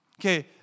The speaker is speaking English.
Okay